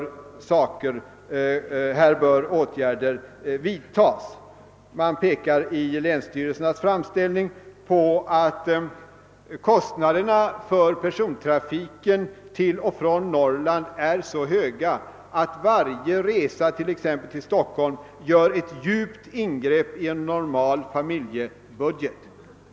I länsstyrelsernas framställning pekas på att kostnaderna för persontrafiken till och från Norrland är så höga att varje resa exempelvis till Stockholm gör ett djupt ingrepp i en normal familjebudget.